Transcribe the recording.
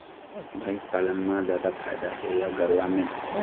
भंइस पालन म जादा फायदा हे या गरवा में?